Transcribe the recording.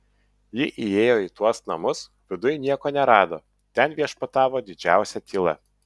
ji įėjo į tuos namus viduj nieko nerado ten viešpatavo didžiausia tyla